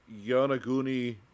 Yonaguni